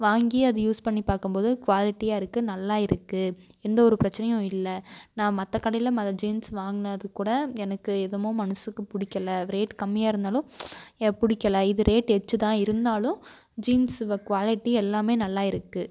வாங்கி அதை யூஸ் பண்ணி பார்க்கும்போது குவாலிட்டியாக இருக்குது நல்லா இருக்குது எந்த ஒரு பிரச்சினையும் இல்லை நான் மற்ற கடையில் மற்ற ஜீன்ஸ் வாங்கினதுக்குகூட எனக்கு என்னமோ மனதுக்கு பிடிக்கல ரேட் கம்மியாக இருந்தாலும் எனக்கு பிடிக்கல இது ரேட் எச்சு தான் இருந்தாலும் ஜீன்ஸ் குவாலிட்டி எல்லாமே நல்லா இருக்குது